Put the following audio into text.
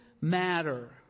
matter